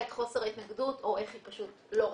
את חוסר ההתנגדות או איך היא פשוט לא רצתה.